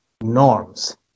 norms